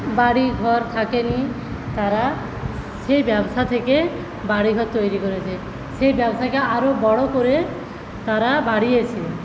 বাড়িঘর থাকেনি তারা সেই ব্যবসা থেকে বাড়িঘর তৈরি করেছে সেই ব্যবসাকে আরও বড় করে তারা বাড়িয়েছে